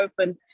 open